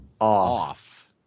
off